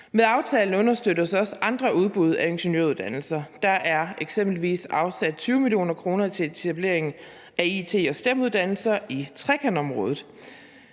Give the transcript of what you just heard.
Med aftalen understøttes også andre udbud af ingeniøruddannelser. Der er eksempelvis afsat 20 mio. kr. til etablering af it- og STEM-uddannelser i Trekantsområdet.